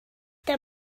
der